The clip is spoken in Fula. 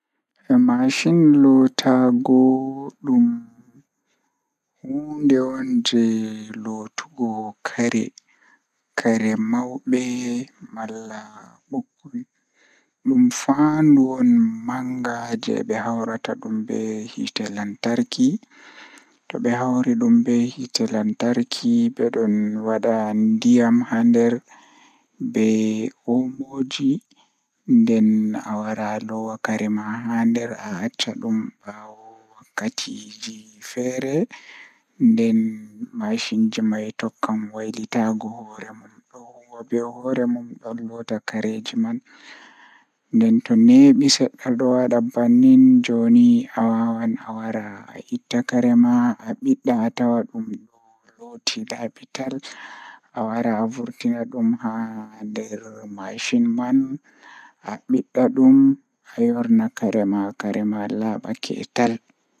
Maɗɗo, máyusinii hoɗndeɗ ɗum kaɓɓitorde njamaaji laawol ko nguuɗe ngal ko njamaaji rewɓe ngal ngal. Máyusinii ngal rewɓe sabu rewɓe fiyaangu e faya ngal.